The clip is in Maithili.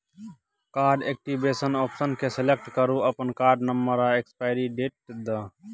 कार्ड एक्टिबेशन आप्शन केँ सेलेक्ट करु अपन कार्ड नंबर आ एक्सपाइरी डेट दए